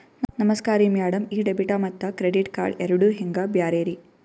ನಮಸ್ಕಾರ್ರಿ ಮ್ಯಾಡಂ ಈ ಡೆಬಿಟ ಮತ್ತ ಕ್ರೆಡಿಟ್ ಕಾರ್ಡ್ ಎರಡೂ ಹೆಂಗ ಬ್ಯಾರೆ ರಿ?